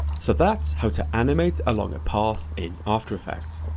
so that's how to animate along a path in after effects.